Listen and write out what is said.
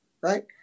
right